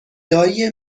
دایی